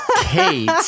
Kate